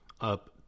up